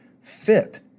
Fit